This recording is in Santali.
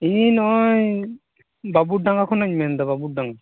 ᱤᱧ ᱱᱚᱜ ᱚᱭ ᱵᱟᱵᱩᱨ ᱰᱟᱸᱜᱟ ᱠᱷᱚᱱᱤᱧ ᱢᱮᱱᱮᱫᱟ ᱵᱟᱵᱩᱨ ᱰᱟᱸᱜᱟ